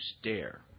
stare